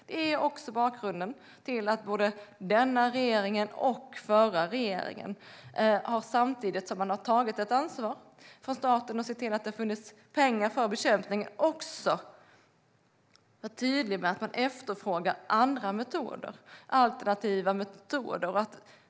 Det är också bakgrunden till att både den här regeringen och den förra regeringen har varit tydliga med att man efterfrågar andra metoder, alternativa metoder - samtidigt som staten har tagit ett ansvar genom att man har sett till att det har funnits pengar för bekämpningen.